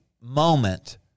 moment